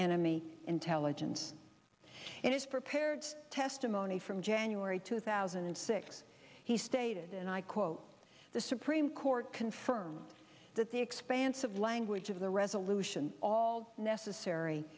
enemy intelligence in his prepared testimony from january two thousand and six he stated and i quote the supreme court confirms that the expansive language of the resolution all necessary